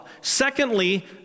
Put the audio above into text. Secondly